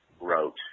wrote